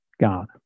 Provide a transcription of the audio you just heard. God